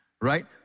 Right